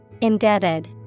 Indebted